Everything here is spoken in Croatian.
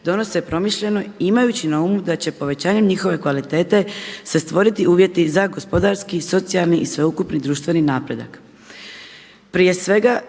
donose promišljeno imajući na umu da će povećanjem njihove kvalitete se stvoriti uvjeti za gospodarski, socijalni i sveukupni društveni napredak.